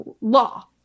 law